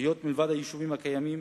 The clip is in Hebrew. היות שמלבד היישובים הקיימים,